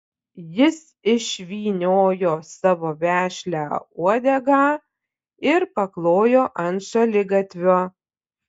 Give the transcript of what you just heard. jis išvyniojo savo vešlią uodegą ir paklojo ant šaligatvio